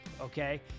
okay